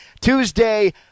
Tuesday